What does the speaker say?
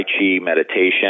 meditation